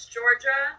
Georgia